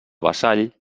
vassall